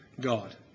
God